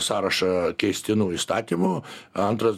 sąrašą keistinų įstatymų antras